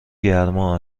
گرما